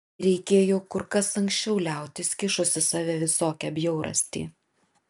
reikėjo kur kas anksčiau liautis kišus į save visokią bjaurastį